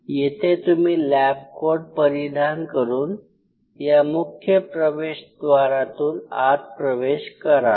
येथे तुम्ही lab coat परिधान करून या मुख्य प्रवेशद्वारातून आत प्रवेश कराल